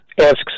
Asks